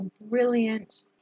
brilliant